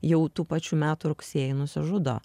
jau tų pačių metų rugsėjį nusižudo